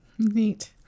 Neat